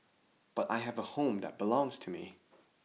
but I have a home that belongs to me